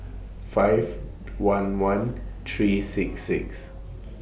five one one three six six